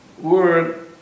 word